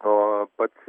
oo pats